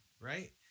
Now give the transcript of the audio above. right